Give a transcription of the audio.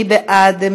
מי בעד?